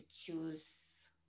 choose